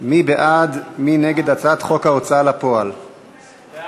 בעד, מי נגד הצעת חוק ההוצאה לפועל (תיקון,